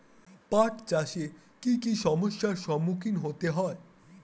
পাঠ চাষে কী কী সমস্যার সম্মুখীন হতে হয়?